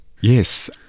Yes